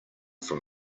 from